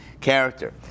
character